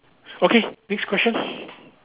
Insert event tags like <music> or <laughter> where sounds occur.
okay next question <noise>